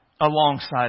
alongside